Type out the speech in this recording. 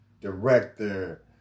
director